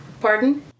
Pardon